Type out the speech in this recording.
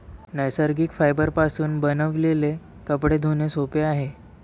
नैसर्गिक फायबरपासून बनविलेले कपडे धुणे सोपे आहे